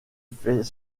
fait